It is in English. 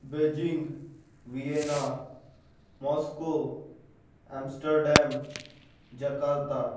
Beijing Vienna Moscow Amsterdam Jakarta